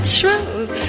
truth